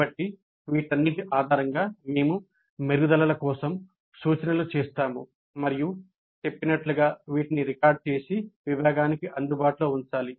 కాబట్టి వీటన్నిటి ఆధారంగా మేము మెరుగుదల కోసం సూచనలు చేస్తాము మరియు చెప్పినట్లుగా వీటిని రికార్డ్ చేసి విభాగానికి అందుబాటులో ఉంచాలి